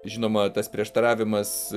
žinoma tas prieštaravimas